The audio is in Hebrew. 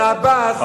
ביהודה ושומרון?